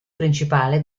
principale